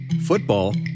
football